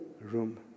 room